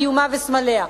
קיומה וסמליה.